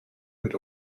mit